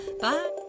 Bye